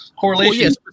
correlation